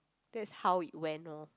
that's how it went loh